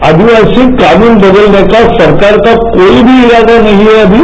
आदिवासी कानून बदलने का सरकार कोई भी इरादा नहीं है अभी